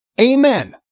Amen